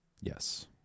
yes